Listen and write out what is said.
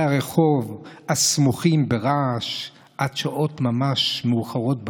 הרחוב הסמוכים ברעש עד שעות ממש מאוחרות בלילה?